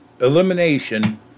elimination